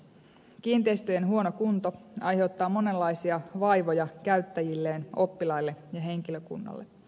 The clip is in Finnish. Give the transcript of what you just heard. kiinteistöjen huono kunto aiheuttaa monenlaisia vaivoja käyttäjilleen oppilaille ja henkilökunnalle